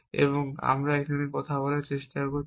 এবং এখানে আমরা বলার চেষ্টা করছি